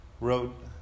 wrote